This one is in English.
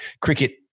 cricket